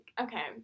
Okay